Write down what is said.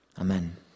Amen